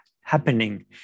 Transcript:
happening